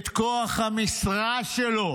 את כוח המשרה שלו,